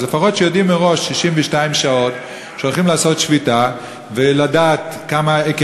אז לפחות שיודיעו 62 שעות מראש שהולכים לעשות שביתה ומה היקפה,